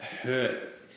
hurt